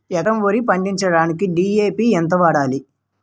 ఎకరం వరి పండించటానికి డి.ఎ.పి ఎంత వాడాలి?